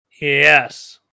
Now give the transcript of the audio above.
Yes